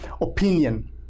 opinion